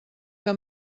que